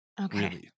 okay